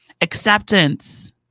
acceptance